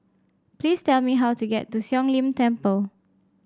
please tell me how to get to Siong Lim Temple